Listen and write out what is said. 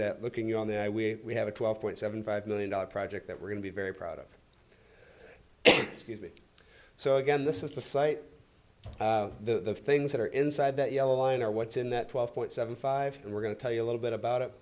that looking on the i we have a twelve point seven five million dollars project that we're going to be very proud of speed so again this is the site the things that are inside that yellow line are what's in that twelve point seven five and we're going to tell you a little bit about